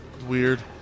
Weird